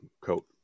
coat